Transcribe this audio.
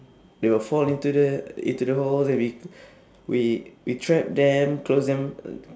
they will fall into the into the holes and we we we trap them close them